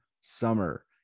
summer